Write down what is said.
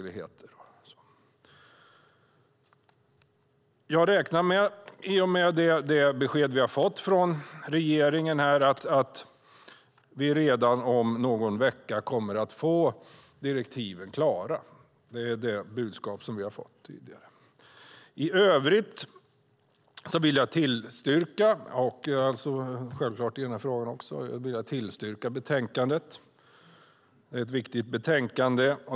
I och med det besked vi har fått från regeringen räknar jag med att direktiven kommer att vara klara redan om någon vecka. Det är det budskap vi har fått tidigare. I övrigt vill jag yrka bifall till förslaget i betänkandet. Det är ett viktigt betänkande.